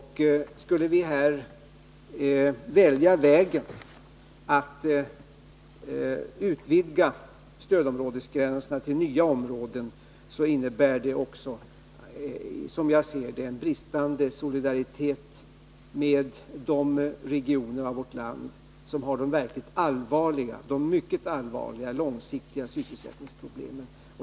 Skulle vi följa vägen att utvidga stödområdesgränserna genom att föra nya regioner till stödområdena innebär det, som jag ser det, också en bristande solidaritet med de regioner i vårt land som har de verkligt allvarliga och långsiktiga sysselsättningsproblemen.